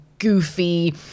Goofy